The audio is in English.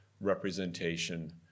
representation